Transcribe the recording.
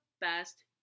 best